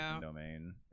domain